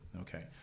okay